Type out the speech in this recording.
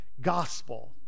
gospel